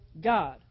God